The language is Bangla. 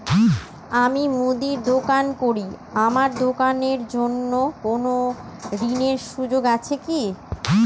আমি মুদির দোকান করি আমার দোকানের জন্য কোন ঋণের সুযোগ আছে কি?